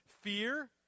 fear